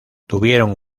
tuvieron